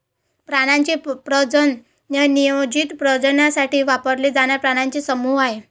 प्राण्यांचे प्रजनन हे नियोजित प्रजननासाठी वापरले जाणारे प्राण्यांचे समूह आहे